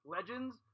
Legends